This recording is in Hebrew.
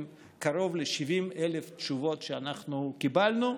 קרוב ל-70,000 תשובות שאנחנו קיבלנו.